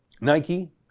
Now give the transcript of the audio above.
Nike